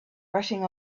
rushing